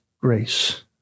grace